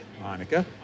Monica